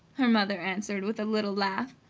her mother answered with a little laugh.